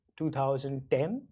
2010